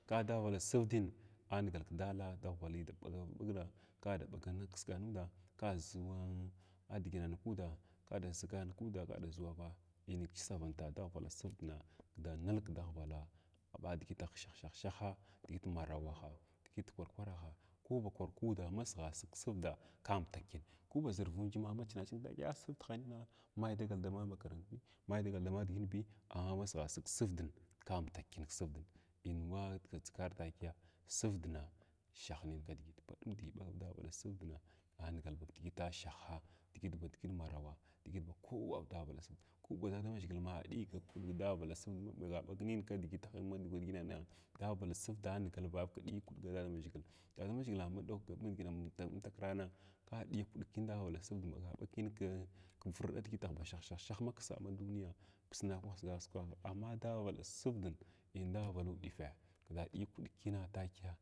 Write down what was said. Kadak sərdin anigal kdaala daghwvala daɓagav nud ka da ɓagak ɓag kisgan nuda kaʒunwa nidiginan kuda kada ʒigan kuda kadaʒuwava in ksavanta daghwvala sərdina kinal nig dughwvala ɓadigitah shah shah shah digit marawa ha digit kwar kwarhaa ko ba kwar kuda hasighasig sərda ka amtak kina ku ba ʒirvunjm ma chinga chin takiya sərda hanin mai dagal dama makaranti mai dagal aɓa diginbi amma masigha sig sərdin ka amtuk kin ksərdin in wa dʒigar takiya sərdna shahnin kidigita baɗum nidigi ɓag davala sərdin anigal na kidigita ʒhaha digit ba digit marawa digit ba ku aw davala sərd ku da damaʒhgil ma diya kadig davala sərdin maɓaga ɓa nin kidigit madigina na davala sərda anigal vhaka ɗig kndgu dadamaʒhgila badamaʒhgila ma tuhkwi ɗug ma amakrant ka diya kuɗ ki daghwvala sərdin ɓagaɓag kina kin kvrɗa digituh ba shah shah shah maksa maduniya ksaa ksda ksig kwahin kla diya kuɗig kina takiya.